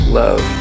love